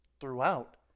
throughout